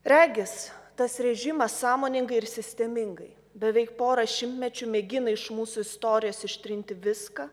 regis tas režimas sąmoningai ir sistemingai beveik porą šimtmečių mėgina iš mūsų istorijos ištrinti viską